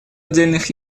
отдельных